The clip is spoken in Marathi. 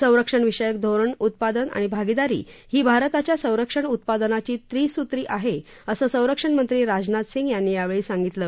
संरक्षणविषयक धोरण उत्पादन आणि भागीदारी ही भारताच्या संरक्षण उत्पादनाची त्रिसूत्री आहे असं संरक्षणमंत्री राजनाथ सिंग यांनी यावेळी सांगितलं